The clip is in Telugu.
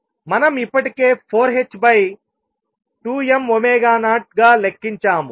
మనం ఇప్పటికే 4ℏ2m0 గా లెక్కించాము